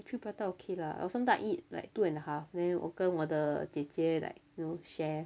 three prata okay lah or sometime I eat like two and a half then 我跟我的姐姐 like you know share